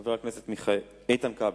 חבר הכנסת איתן כבל,